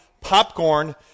popcorn